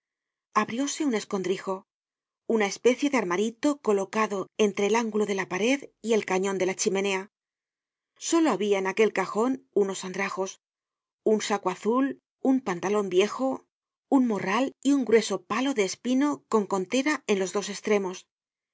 pared abrióse un escondrijo una especie de armarito colocado entre el ángulo de la pared y el cañon de la chimenea solo habia en aquel cajon unos andrajos un saco azul un pantalon viejo un morral y un grueso palo de espino con contera en los dos estremos